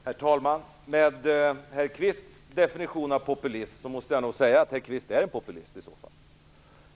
Herr talman! Med herr Kvists definition av populism måste jag nog säga att herr Kvist är populist.